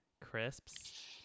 crisps